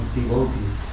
devotees